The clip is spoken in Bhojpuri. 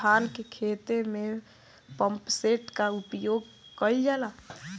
धान के ख़हेते में पम्पसेट का उपयोग कइल जाला?